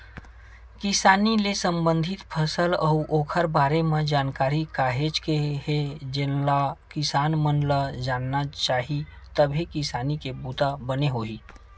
किसानी ले संबंधित फसल अउ ओखर बारे म जानकारी काहेच के हे जेनला किसान मन ल जानना चाही तभे किसानी के बूता बने होही